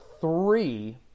three